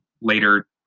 later